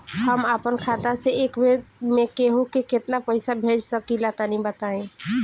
हम आपन खाता से एक बेर मे केंहू के केतना पईसा भेज सकिला तनि बताईं?